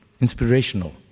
inspirational